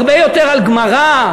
הרבה יותר על גמרא,